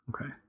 Okay